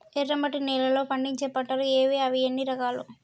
ఎర్రమట్టి నేలలో పండించే పంటలు ఏవి? అవి ఎన్ని రకాలు?